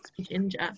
ginger